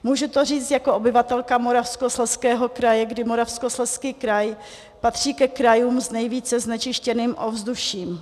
Můžu to říct jako obyvatelka Moravskoslezského kraje, kdy Moravskoslezský kraj patří ke krajům s nejvíce znečištěným ovzduším.